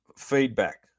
feedback